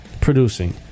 producing